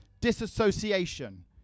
disassociation